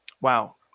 Wow